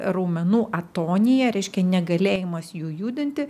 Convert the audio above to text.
raumenų atonija reiškia negalėjimas jų judinti